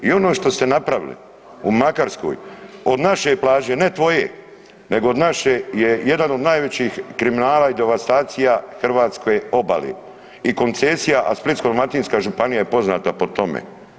I ono što ste napravili u Makarskoj, od naše plaže, ne tvoje, nego od naše je jedan od najvećih kriminala i devastacija hrvatske obale i koncesija, a Splitsko-dalmatinska županija je poznata po tome.